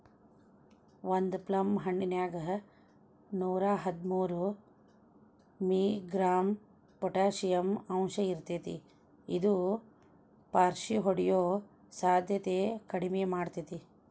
ಒಂದು ಪ್ಲಮ್ ಹಣ್ಣಿನ್ಯಾಗ ನೂರಾಹದ್ಮೂರು ಮಿ.ಗ್ರಾಂ ಪೊಟಾಷಿಯಂ ಅಂಶಇರ್ತೇತಿ ಇದು ಪಾರ್ಷಿಹೊಡಿಯೋ ಸಾಧ್ಯತೆನ ಕಡಿಮಿ ಮಾಡ್ತೆತಿ